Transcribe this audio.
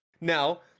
Now